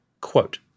Quote